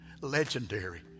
legendary